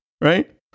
right